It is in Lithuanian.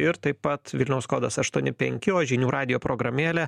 ir taip pat vilniaus kodas aštuoni penki o žinių radijo programėlė